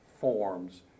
forms